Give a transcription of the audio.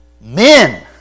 Men